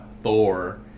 Thor